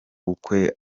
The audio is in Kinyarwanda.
bukwe